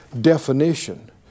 definition